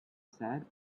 said